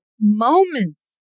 moments